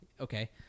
Okay